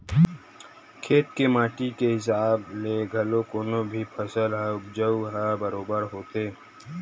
खेत के माटी के हिसाब ले घलो कोनो भी फसल के उपज ह बरोबर होथे